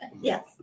Yes